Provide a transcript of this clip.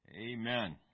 Amen